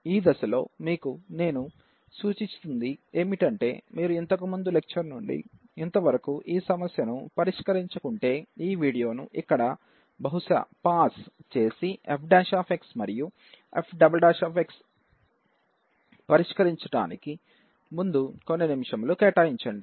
ఈ దశలో మీకు నేను సూచిస్తుంది ఏమిటంటే మీరు ఇంతకు ముందు లెక్చర్ నుండి ఇంతవరకు ఈ సమస్యను పరిష్కరించకుంటే ఈ వీడియోను ఇక్కడ బహుశ పాజ్ చేసి f x మరియు f x పరిష్కరించడానికి ముందు కొన్ని నిమిషాలు కేటాయించండి